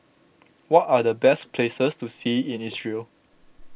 what are the best places to see in Israel